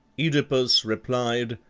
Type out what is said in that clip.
oedipus replied,